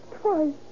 twice